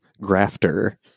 Grafter